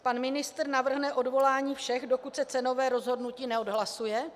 Pan ministr navrhne odvolání všech, dokud se cenové rozhodnutí neodhlasuje?